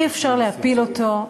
אי-אפשר להפיל אותו,